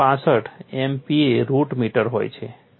265 MPa root meter હોય છે